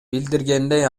билдиргендей